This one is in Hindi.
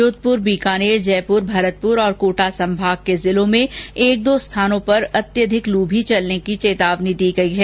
जोधपुर बीकानेर जयपुर भरतपुर और कोटा संभाग के जिलों में एक दो स्थानों पर अत्यधिक लू की भी चेतावनी दी है